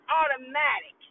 automatic